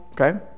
okay